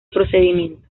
procedimiento